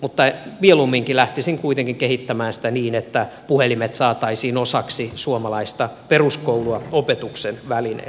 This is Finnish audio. mutta mieluumminkin lähtisin kuitenkin kehittämään sitä niin että puhelimet saataisiin osaksi suomalaista peruskoulua opetuksen välineenä